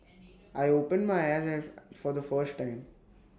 I open my eyes and for the first time